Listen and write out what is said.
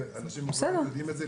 ואנשים עם מוגבלויות יודעים עם זה,